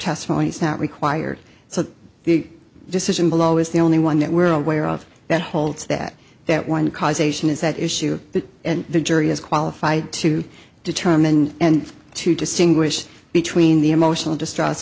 testimony is not required so the decision below is the only one that we're aware of that holds that that one causation is that issue and the jury is qualified to determine and to distinguish between the emotional distress